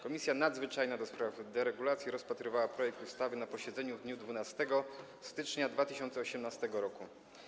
Komisja nadzwyczajna do spraw deregulacji rozpatrywała projekt ustawy na posiedzeniu w dniu 12 stycznia 2018 r.